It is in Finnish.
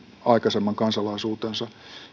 aikaisemman kansalaisuutensa